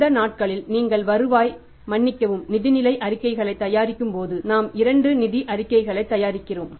இந்த நாட்களில் நீங்கள் வருவாய் மன்னிக்கவும் நிதிநிலை அறிக்கைகளைத் தயாரிக்கும்போது நாம் 2 நிதி அறிக்கைகளைத் தயாரிக்கிறோம்